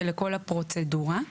ולכול הפרוצדורה.